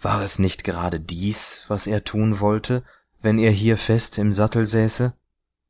war es nicht gerade dies was er tun wollte wenn er hier fest im sattel säße